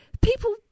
People